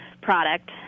product